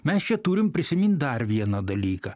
mes čia turim prisimint dar vieną dalyką